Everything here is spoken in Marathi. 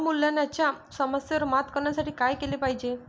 अवमूल्यनाच्या समस्येवर मात करण्यासाठी काय केले पाहिजे?